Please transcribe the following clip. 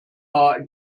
are